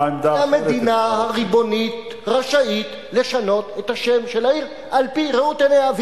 המדינה הריבונית רשאית לשנות את השם של העיר על-פי ראות עיניה.